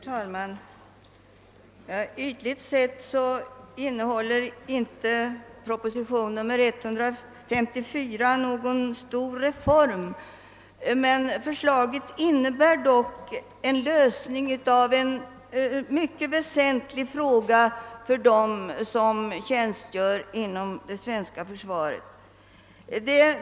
Herr talman! Ytligt sett är det inte någon stor reform som föreslås i propositionen 154, men förslaget innebär en lösning av en fråga som är mycket väsentlig för dem som tjänstgör inom det svenska försvaret.